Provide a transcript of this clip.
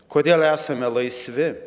kodėl esame laisvi